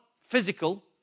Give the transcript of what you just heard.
physical